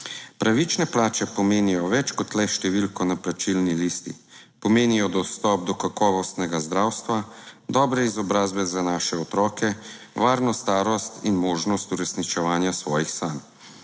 Pravične plače pomenijo več kot le številko na plačilni listi, pomenijo dostop do kakovostnega zdravstva, dobre izobrazbe za naše otroke, varno starost in možnost uresničevanja svojih sanj.